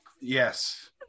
Yes